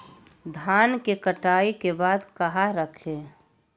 धान के कटाई के बाद कहा रखें?